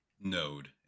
node